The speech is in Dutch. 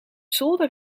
zolder